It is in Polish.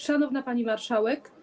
Szanowna Pani Marszałek!